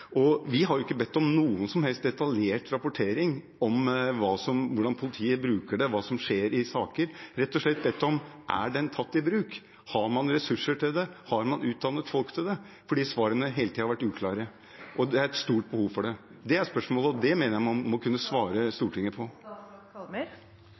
Og vi har ikke bedt om noen som helst detaljert rapportering om hvordan politiet bruker det, hva som skjer i saker; vi har rett og slett spurt: Er det tatt i bruk? Har man ressurser til det? Har man utdannet folk til det? For svarene har hele tiden vært uklare, og det er et stort behov for dette. Det er spørsmålet, og det mener jeg man må kunne svare